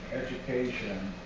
education